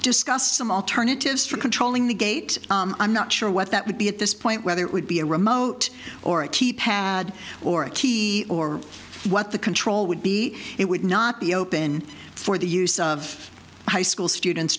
discussed some alternatives for controlling the gate i'm not sure what that would be at this point whether it would be a remote or a keypad or a key or what the control would be it would not be open for the use of high school students